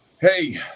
Hey